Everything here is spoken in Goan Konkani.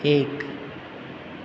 एक